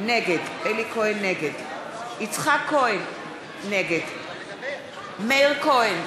נגד יצחק כהן, נגד מאיר כהן,